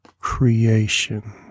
creation